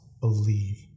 believe